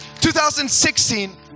2016